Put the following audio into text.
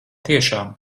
tiešām